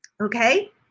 okay